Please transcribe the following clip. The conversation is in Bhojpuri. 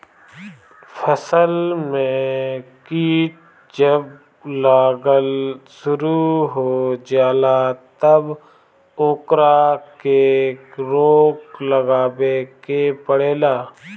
फसल में कीट जब लागल शुरू हो जाला तब ओकरा के रोक लगावे के पड़ेला